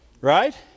Right